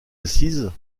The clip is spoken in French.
assises